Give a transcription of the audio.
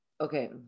Okay